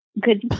good